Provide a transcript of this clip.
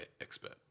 expert